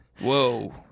Whoa